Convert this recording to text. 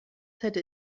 hätte